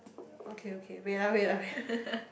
okay okay wait ah wait ah wait ah